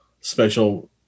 special